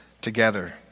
together